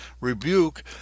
Rebuke